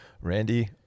Randy